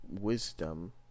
wisdom